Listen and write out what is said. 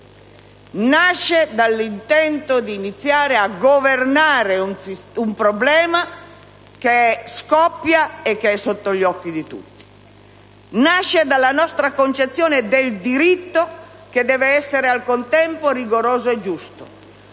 nasce dall'intento di iniziare a governare un problema che scoppia e che è sotto agli occhi di tutti. Nasce dalla nostra concezione del diritto, che deve essere al contempo rigoroso e giusto;